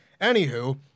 Anywho